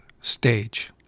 stage